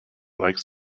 likes